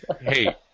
Hey